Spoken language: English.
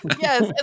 yes